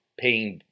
paying